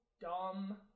dumb